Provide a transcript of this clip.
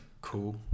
cool